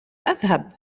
أذهب